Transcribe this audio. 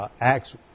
Acts